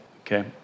okay